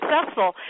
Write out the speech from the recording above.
successful